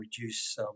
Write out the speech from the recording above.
reduce